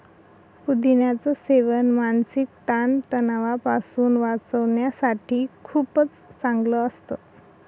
पुदिन्याच सेवन मानसिक ताण तणावापासून वाचण्यासाठी खूपच चांगलं असतं